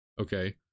okay